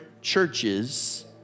churches